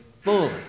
fully